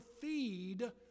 feed